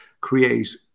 create